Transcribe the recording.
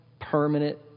permanent